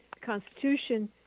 Constitution